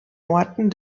orten